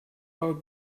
baut